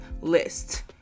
list